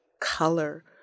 color